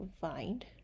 find